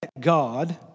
God